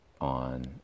on